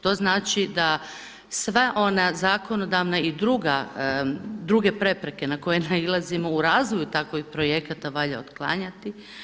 To znači da sva ona zakonodavna i druga, druge prepreke na koje nailazimo u razvoju takvih projekata valja otklanjati.